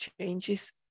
changes